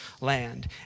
land